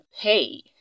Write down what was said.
pay